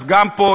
אז גם פה,